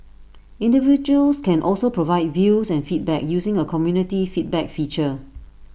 individuals can also provide views and feedback using A community feedback feature